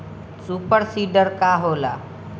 Super seeder का होला?